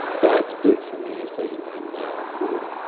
that's big for me is taking my my own food.